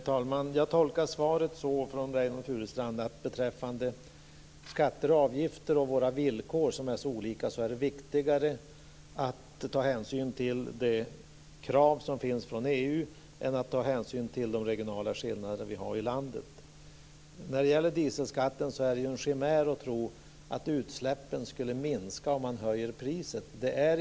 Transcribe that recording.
Herr talman! Jag tolkar Reynoldh Furustrands svar så att det, beträffande skatter och avgifter liksom våra villkor som är så olika, är viktigare att ta hänsyn till de krav som finns från EU än att ta hänsyn till de regionala skillnaderna i landet. När det gäller dieselskatten är det en chimär att tro att utsläppen minskar om priset höjs.